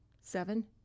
seven